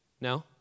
No